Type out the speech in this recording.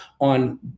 on